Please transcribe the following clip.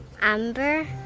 Amber